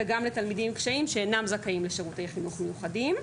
וגם לתלמידים עם קשיים שאינם זכאים לשירותי חינוך מיוחדים.